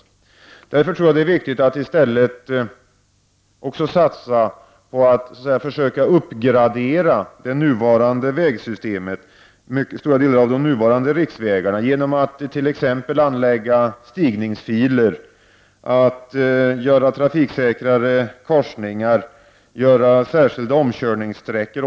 Jag tror därför att det är viktigt att i stället satsa på att försöka uppgradera det nuvarande vägsystemet, stora delar av de nuvarande riksvägarna, genom att t.ex. anlägga stigningsfiler, trafiksäkrare korsningar och särskilda omkörningssträckor.